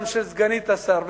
גם של סגנית השר,